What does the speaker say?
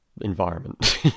environment